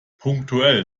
punktuell